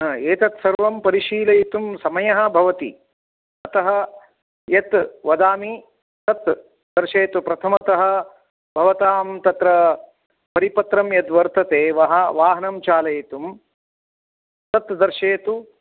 एतत् सर्वं परिशीलयितुं समयः भवति अतः यत् वदामि तत् दर्शयतु प्रथमतः भवतां तत्र परिपत्रं यद्वर्तते वाहनं वाहनं चालयितुं तत् दर्शयतु